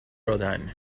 rodin